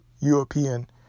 European